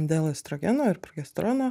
dėl estrogeno ir progesterono